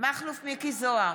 מכלוף מיקי זוהר,